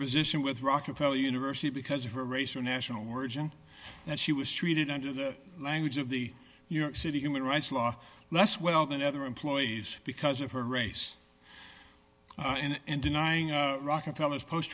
position with rockefeller university because of her race or national origin that she was treated under the language of the new york city human rights law less well than other employees because of her race and denying rockefeller's post